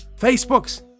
Facebooks